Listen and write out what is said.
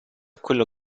quello